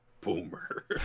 Boomer